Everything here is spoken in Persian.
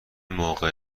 موقع